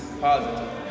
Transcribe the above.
Positive